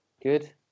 Good